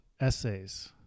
Essays